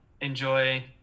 enjoy